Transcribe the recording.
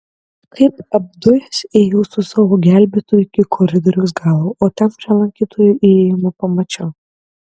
kaip apdujęs ėjau su savo gelbėtoju iki koridoriaus galo o ten prie lankytojų įėjimo pamačiau